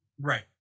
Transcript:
Right